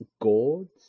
gourds